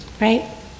right